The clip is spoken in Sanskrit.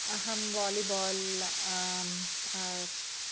अहं वालिबाल्